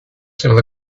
simply